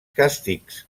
càstigs